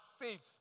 faith